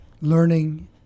learning